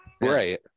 Right